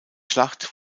schlacht